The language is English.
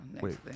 Wait